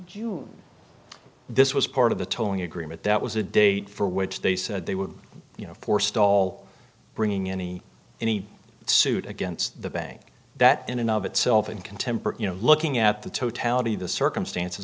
filed this was part of the tolling agreement that was a date for which they said they would you know forestall bringing any any suit against the bank that in and of itself in contemporary you know looking at the totality of the circumstances